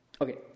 Okay